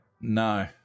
No